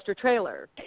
trailer